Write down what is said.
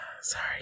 sorry